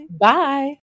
Bye